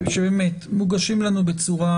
שבאמת מוגשים לנו בצורה